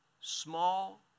small